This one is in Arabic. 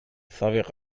سبق